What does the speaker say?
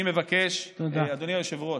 אני מבקש, אדוני היושב-ראש,